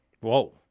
Whoa